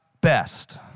best